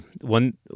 One